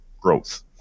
growth